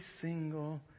single